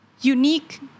unique